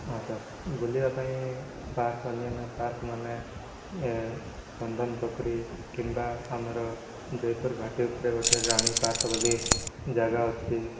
ହଁ ସାର୍ ବୁଲିବାପାଇଁ ପାର୍କ ଅନ୍ୟାନ୍ୟ ପାର୍କ ମାନେ ଏ ଚନ୍ଦନ ପୋଖରୀ କିମ୍ବା ଆମର ଜୟପୁର ଘାଟି ଉପରେ ଗୋଟେ ରାଣୀ ପାର୍କ ବୋଲି ଯାଗା ଅଛି